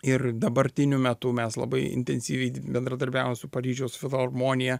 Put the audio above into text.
ir dabartiniu metu mes labai intensyviai bendradarbiavom su paryžiaus filharmonija